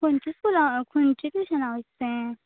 खंयचे स्कुला खंयच्या टुशना वयता तें